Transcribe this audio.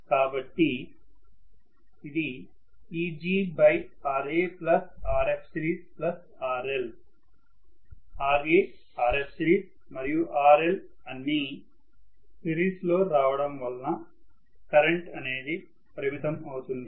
కాబట్టి EgRaRfseriesRL Ra Rfseries మరియు RL అన్ని సిరీస్ లో రావడం వల్ల కరెంటు అనేది పరిమితం అవుతుంది